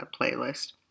playlist